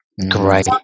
Great